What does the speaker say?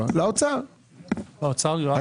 באוצר בסך הכול במאגר?